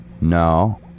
No